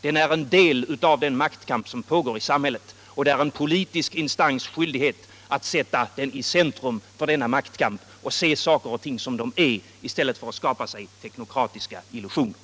Den är en del av den maktkamp som pågår i samhället, och en politisk instans har skyldighet att sätta den i centrum för denna maktkamp och se saker och ting som de är i stället för att skapa sig teknokratiska illusioner.